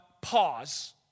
pause